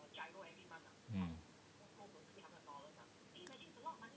mm